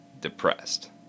depressed